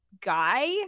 guy